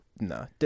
No